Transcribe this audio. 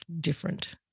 different